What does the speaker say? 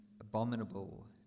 abominable